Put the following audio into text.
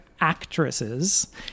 actresses